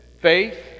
Faith